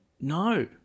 no